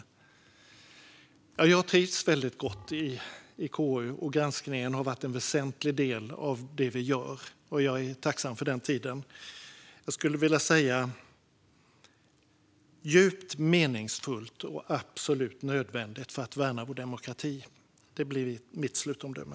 Jo, jag trivs väldigt gott i KU. Granskningen har varit en väsentlig del av det vi gör, och jag är tacksam för den tiden. Jag skulle vilja säga att det är djupt meningsfullt och absolut nödvändigt för att värna vår demokrati. Det blir mitt slutomdöme.